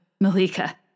malika